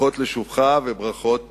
ברכות על שובך וברכות